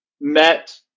met